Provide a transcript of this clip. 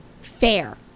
fair